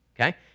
okay